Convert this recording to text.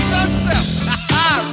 Sunset